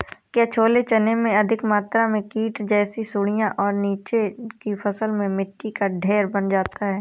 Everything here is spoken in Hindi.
क्या छोले चने में अधिक मात्रा में कीट जैसी सुड़ियां और नीचे की फसल में मिट्टी का ढेर बन जाता है?